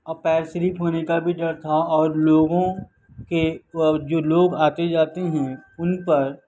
اور پیر سلیپ ہونے کا بھی ڈر تھا اور لوگوں کے باوجود لوگ آتے جاتے ہیں ان پر